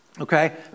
Okay